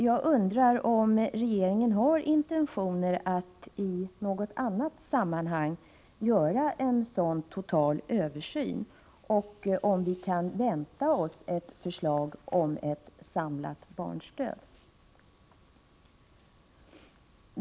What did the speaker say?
Jag undrar om regeringen har intentioner att i något annat sammanhang göra en sådan total översyn och om vi kan vänta oss ett förslag om ett samlat barnstöd?